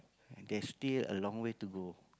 there's still a long way to go